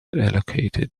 allocated